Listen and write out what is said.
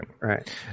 right